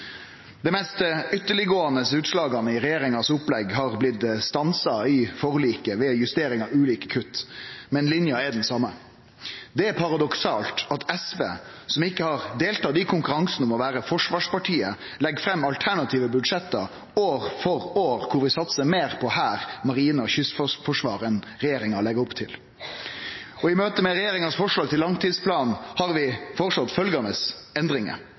mest ytterleggåande utslaga i regjeringas opplegg har blitt stansa i forliket ved justering av ulike kutt, men linja er den same. Det er paradoksalt at SV, som ikkje har deltatt i konkurransen om å vere forsvarspartiet, legg fram alternative budsjett år for år der vi satsar meir på hær, marine og kystforsvar enn regjeringa legg opp til. Og i møte med regjeringas forslag til langtidsplan har vi føreslått fleire endringar